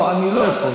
לא, אני לא יכול.